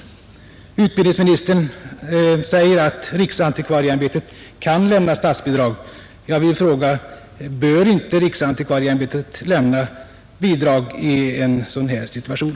Utbildningsministern säger att riksantikvarieämbetet kan lämna statsbidrag. Jag vill fråga: Bör inte riksantikvarieämbetet lämna bidrag i en sådan här situation?